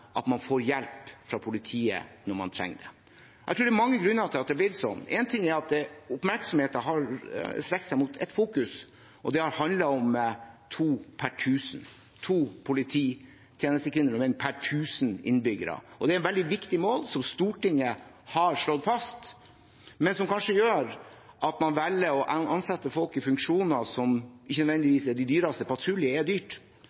at man får hjelp fra politiet når man trenger det. Jeg tror det er mange grunner til at det har blitt slik. Én ting er at oppmerksomheten har strukket seg mot ett fokus. Det har handlet om to per tusen, to polititjenestekvinner og -menn per tusen innbyggere. Det er et veldig viktig mål, som Stortinget har slått fast, men som kanskje gjør at man velger å ansette folk i funksjoner som ikke nødvendigvis er de dyreste. Patruljer er dyrt.